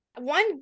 One